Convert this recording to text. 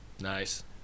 Nice